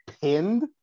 pinned